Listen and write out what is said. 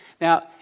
Now